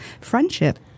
friendship